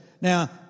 now